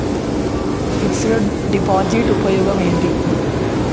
Fix డ్ deposit ఉపయోగం ఏంటి?